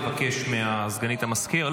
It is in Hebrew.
לבקש מסגנית המזכיר.